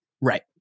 Right